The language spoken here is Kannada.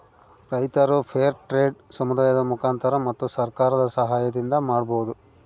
ರೈತರು ಫೇರ್ ಟ್ರೆಡ್ ಸಮುದಾಯದ ಮುಖಾಂತರ ಮತ್ತು ಸರ್ಕಾರದ ಸಾಹಯದಿಂದ ಮಾಡ್ಬೋದು